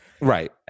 Right